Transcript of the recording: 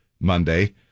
Monday